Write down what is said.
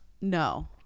No